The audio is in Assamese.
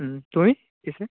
তুমি পিছে